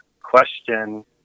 question